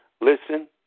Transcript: Listen